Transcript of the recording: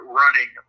running